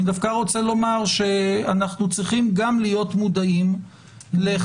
אני דווקא רוצה לומר שאנחנו צריכים גם להיות מודעים לחששות